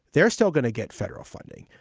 they're still going to get federal funding.